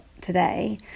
today